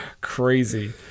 Crazy